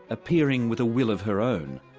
appearing with a will of her own.